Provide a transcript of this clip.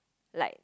like